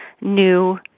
new